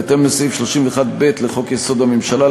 בהתאם לסעיף 31(ב) לחוק-יסוד: הממשלה,